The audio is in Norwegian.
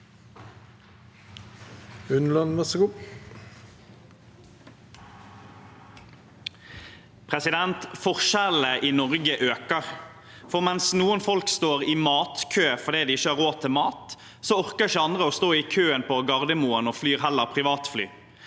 Unneland (SV) Forskjelle- ne i Norge øker. Mens noen folk står i matkø fordi de ikke har råd til mat, orker ikke andre å stå i køen på Gardermoen og flyr heller privatfly.